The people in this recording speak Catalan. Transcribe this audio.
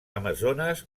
amazones